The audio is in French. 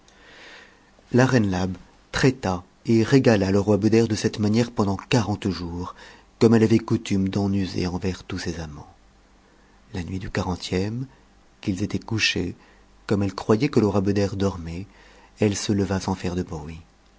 la reine labe traita et régala le roi beder de cette manière pendant quarante jours comme elle avait coutume d'en user envers tous ses amants la nuit du quarantième qu'ils étaient couchés comme elle croyait que le roi beder dormait elle se leva sans faire de bruit